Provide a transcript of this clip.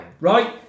Right